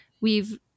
We've-